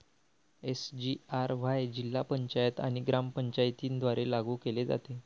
SGRY जिल्हा पंचायत आणि ग्रामपंचायतींद्वारे लागू केले जाते